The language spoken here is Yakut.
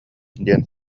диэн